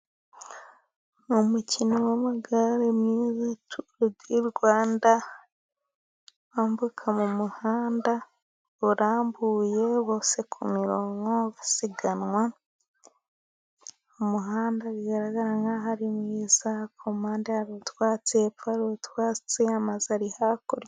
Ni umukino w'amagare mwiza turu di Rwanda. Bambuka mu muhanda urambuye, bose ku mirongo basiganwa. Umuhanda biragaragara nk'aho ari mwiza. Ku mpande hari utwatsi, hepfo hari utwatsi, amazu ari hakurya.